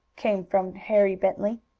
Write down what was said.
came from harry bentley.